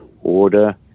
order